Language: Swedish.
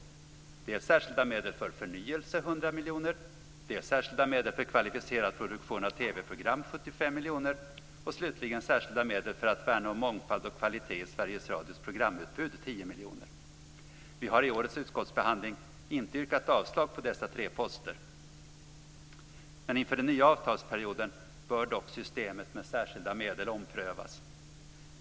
Det är dels särskilda medel för förnyelse, 100 miljoner, dels särskilda medel för kvalificerad produktion av TV-program, 75 miljoner, dels slutligen särskilda medel för att värna om mångfald och kvalitet i Sveriges Radios programutbud, 10 Vi har i årets utskottsbehandling inte yrkat avslag på dessa tre poster. Inför den nya avtalsperioden bör dock systemet med särskilda medel omprövas.